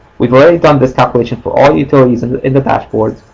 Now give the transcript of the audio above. we ve already done this calculation for all utilities in the dashboard